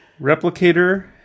replicator